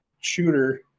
shooter